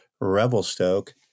Revelstoke